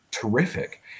terrific